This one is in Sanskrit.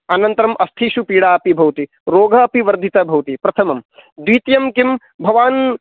अनन्तरम् अस्थिषु पीडा अपि भवति रोगः अपि वर्धितः भवति प्रथमं द्वितीयं किं भवान्